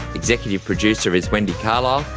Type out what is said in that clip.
executive producer is wendy carlisle,